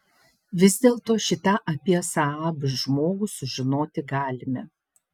vis dėlto šį tą apie saab žmogų sužinoti galime